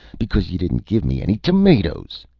because y'didn't give me any tomatoes.